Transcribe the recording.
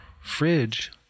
fridge